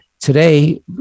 Today